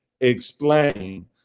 explain